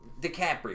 DiCaprio